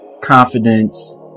confidence